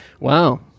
Wow